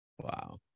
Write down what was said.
Wow